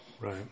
Right